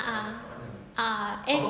a'ah ah and